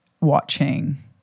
watching